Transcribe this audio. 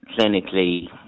clinically